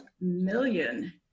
million